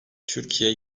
türkiye